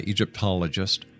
Egyptologist